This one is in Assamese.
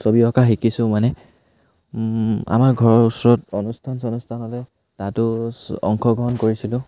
ছবি অঁকা শিকিছোঁ মানে আমাৰ ঘৰৰ ওচৰত অনুষ্ঠান চনুষ্ঠান হ'লে তাতো অংশগ্ৰহণ কৰিছিলোঁ